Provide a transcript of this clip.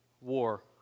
war